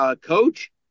coach